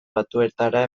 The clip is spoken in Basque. batuetara